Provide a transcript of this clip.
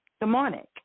demonic